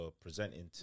presenting